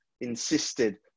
insisted